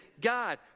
God